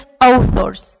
authors